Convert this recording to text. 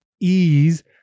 ease